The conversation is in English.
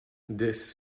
this